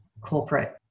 corporate